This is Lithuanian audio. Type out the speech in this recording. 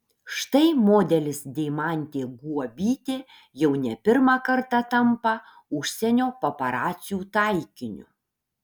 štai modelis deimantė guobytė jau ne pirmą kartą tampa užsienio paparacių taikiniu